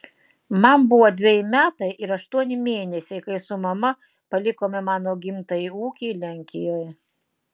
man buvo dveji metai ir aštuoni mėnesiai kai su mama palikome mano gimtąjį ūkį lenkijoje